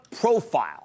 profile